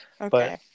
Okay